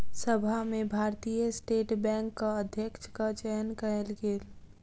सभा में भारतीय स्टेट बैंकक अध्यक्षक चयन कयल गेल